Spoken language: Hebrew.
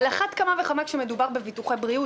ועל אחת כמה וכמה כשמדובר בביטוחי בריאות,